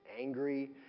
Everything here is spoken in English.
angry